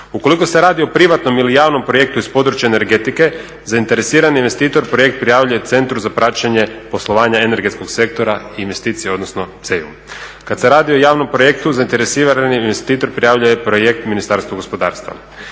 Ukoliko se radi o privatnom ili javnom projektu iz područja energetike zainteresirani investitor projekt prijavljuje Centru za praćenje poslovanja energetskog sektora investicije odnosno CEI. Kada se radi o javnom projektu zainteresirani investitor prijavljuje projekt Ministarstvu gospodarstva.